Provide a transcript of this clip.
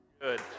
Good